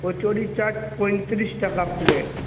কচুরি চাট পঁয়ত্রিশ টাকা প্লেট